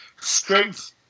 strength